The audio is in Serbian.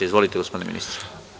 Izvolite gospodine ministre.